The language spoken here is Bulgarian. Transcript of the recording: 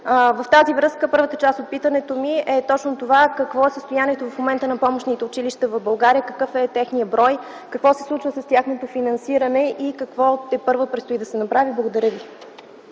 В тази връзка, първата част от питането ми е: какво е състоянието в момента на помощните училища в България? Какъв е техният брой? Какво се случва с тяхното финансиране? Какво тепърва предстои да се направи? Благодаря.